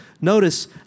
Notice